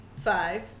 five